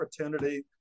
opportunity